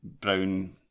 Brown